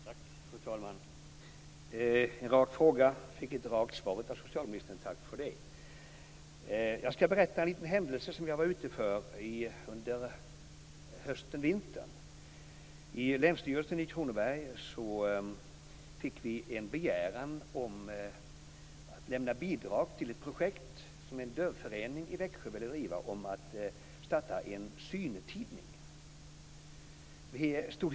Fru talman! En rak fråga fick ett rakt svar av socialministern. Tack för det! Jag skall berätta en liten händelse som jag råkade ut för under hösten och vintern. I Länsstyrelsen i Kronoberg fick vi en begäran om att lämna bidrag till ett projekt som en dövförening i Växjö ville driva för att starta en syntidning.